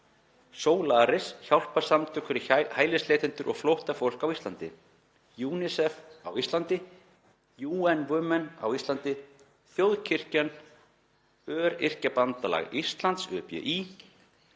Solaris, hjálparsamtök fyrir hælisleitendur og flóttafólk á Íslandi, UNICEF á Íslandi, UN Women á Íslandi, þjóðkirkjan, Öryrkjabandalag Íslands, ÖBÍ.